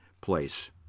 place